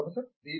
professor B